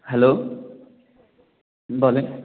hello বলুন